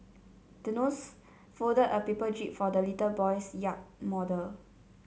the nurse folded a paper jib for the little boy's yacht model